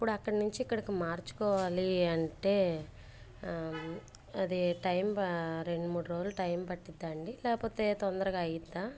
ఉప్పుడు అక్కడ్నుంచి ఇక్కడికి మార్చుకోవాలి అంటే అదీ టైం బా రెండు మూడు రోలు టైం పట్టిద్దాఅండి లేపోతే తొందరగా అయిద్దా